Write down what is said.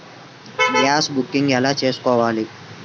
Gas booking ఎలా చేసుకోవాలి?